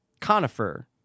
conifer-